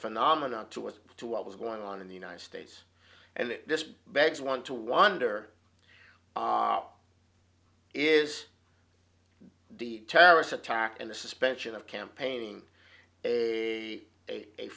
phenomenon too as to what was going on in the united states and it just begs want to wonder is terrorist attack and the suspension of campaigning a a